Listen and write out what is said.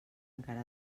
encara